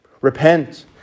Repent